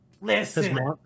Listen